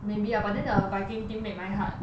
maybe ah but then the viking thing made my heart